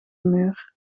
muur